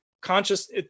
conscious